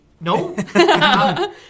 No